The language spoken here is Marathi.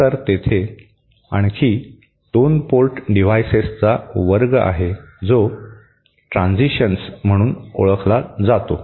नंतर तेथे आणखी 2 पोर्ट डिव्हाइसेसचा वर्ग आहे जो ट्रांझिशन्स म्हणून ओळखले जातो